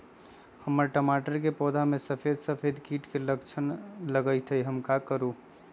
हमर टमाटर के पौधा में सफेद सफेद कीट के लक्षण लगई थई हम का करू?